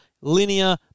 linear